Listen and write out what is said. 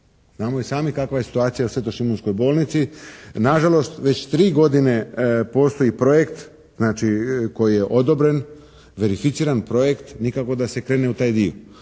Znamo i sami kakva je situacija u Svetošimunskoj bolnici. Na žalost već tri godine postoji projekt znači koji je odobren, verificiran projekt, nikako da se krene u taj dio